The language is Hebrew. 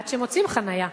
עד שמוצאים חנייה,